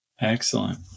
Excellent